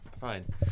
Fine